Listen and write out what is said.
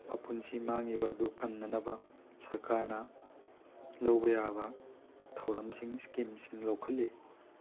ꯃꯄꯨꯟꯁꯤ ꯃꯥꯡꯂꯤꯕꯗꯨ ꯀꯟꯅꯅꯕ ꯁꯔꯀꯥꯔꯅ ꯂꯧꯕ ꯌꯥꯕ ꯊꯧꯔꯝꯁꯤꯡ ꯏꯁꯀꯤꯝ ꯁꯤꯡ ꯂꯧꯈꯠꯂꯤ